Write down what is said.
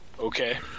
okay